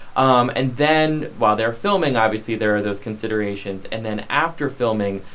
um and then while they're filming, obviously, there are those considerations. and then after filming,